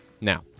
Now